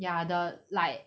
ya the like